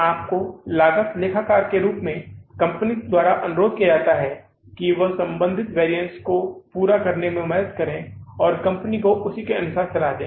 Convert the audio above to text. आपको लागत लेखाकार के रूप में कंपनी द्वारा अनुरोध किया जाता है कि वह संबंधित वैरिअन्सेस को पूरा करने में मदद करे और कंपनी को उसी के अनुसार सलाह दे